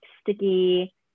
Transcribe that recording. sticky